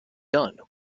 done